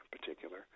particular